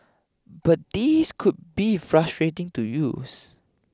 but these could be frustrating to use